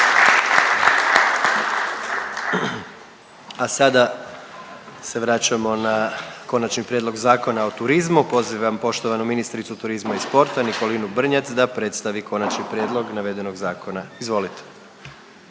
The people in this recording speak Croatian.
A sada se vraćamo na Konačni prijedlog Zakona o turizmu. Pozivam poštovanu ministricu turizma i sporta Nikolinu Brnjac da predstavi konačni prijedlog navedenog zakona. Izvolite.